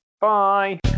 Bye